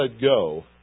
go